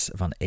van